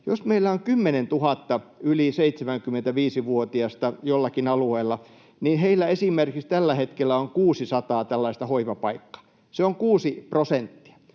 Jos meillä on 10 000 yli 75-vuotiasta jollakin alueella, niin heillä esimerkiksi tällä hetkellä on 600 tällaista hoivapaikkaa. Se on 6 prosenttia.